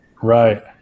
right